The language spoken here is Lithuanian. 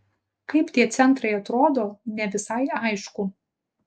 kaip tie centrai atrodo ne visai aišku